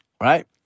right